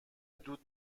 دود